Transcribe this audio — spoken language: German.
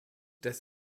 des